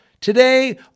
Today